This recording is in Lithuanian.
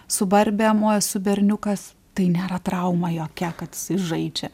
su barbėm o esu berniukas tai nėra trauma jokia kad jisai žaidžia